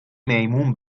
میمون